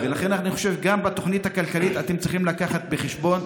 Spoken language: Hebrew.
ואני חושב שגם בתוכנית הכלכלית אתם צריכים להביא בחשבון,